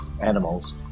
animals